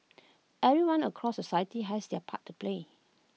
everyone across society has their part to play